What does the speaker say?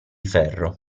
ferro